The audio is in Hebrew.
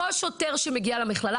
כל שוטר שמגיע למכללה,